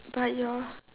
but your